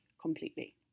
completely